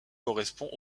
correspond